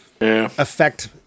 affect